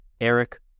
Eric